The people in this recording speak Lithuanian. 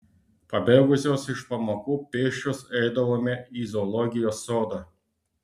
pabėgusios iš pamokų pėsčios eidavome į zoologijos sodą